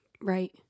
Right